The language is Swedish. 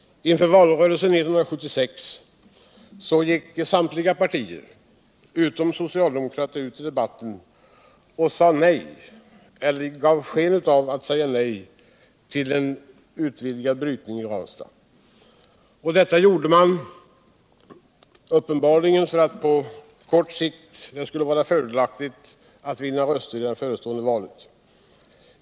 Inför valrörelsen 1976 gick samtliga partier, utom det socialdemokratiska, ut i debatten om Ranstad och sade nej eller gav sken av att säga nej till en utvidgad brytning i Ranstad. Detta gjorde man uppenbarligen för att det på kon sikt skulle vara ett fördelaktigt sätt att vinna röster i det förestående valet.